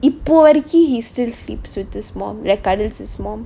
இப்ப வரைக்கும்:ippa varaikkum he still sleeps with his mom like cuddles his mom